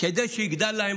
כדי שיגדל להם,